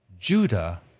Judah